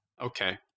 Okay